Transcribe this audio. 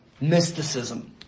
mysticism